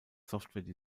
software